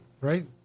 right